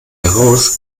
heraus